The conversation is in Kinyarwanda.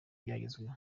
ibyagezweho